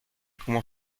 como